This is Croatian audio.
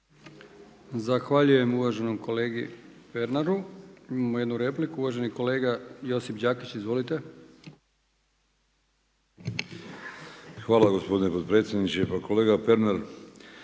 Zahvaljujem uvaženom kolegi Pernaru. Imamo jednu repliku, uvaženi kolega Josip Đakić. Izvolite. **Đakić, Josip (HDZ)** Hvala gospodine potpredsjedniče. Pa kolega Pernar